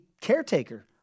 caretaker